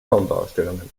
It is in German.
sonderausstellungen